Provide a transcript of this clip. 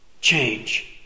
change